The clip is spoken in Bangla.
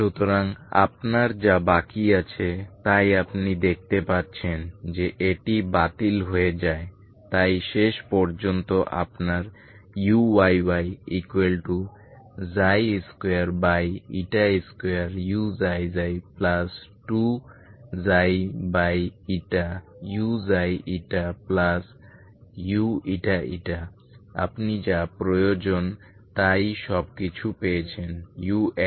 সুতরাং আপনার যা বাকি আছে তাই আপনি দেখতে পাচ্ছেন যে এটি বাতিল হয়ে যায় তাই শেষ পর্যন্ত আপনার uyy22uξξ2ξuuηη আপনি যা প্রয়োজন তাই সবকিছু পেয়েছেন uxx